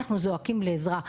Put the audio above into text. אנחנו זועקים לעזרה.